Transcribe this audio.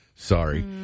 Sorry